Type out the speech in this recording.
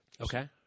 Okay